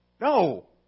No